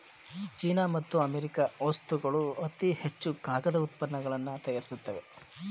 China ಮತ್ತು America ವಸ್ತುಗಳು ಅತಿ ಹೆಚ್ಚು ಕಾಗದ ಉತ್ಪನ್ನಗಳನ್ನು ತಯಾರಿಸುತ್ತವೆ